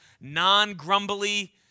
non-grumbly